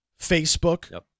Facebook